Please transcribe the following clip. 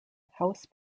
house